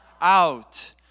out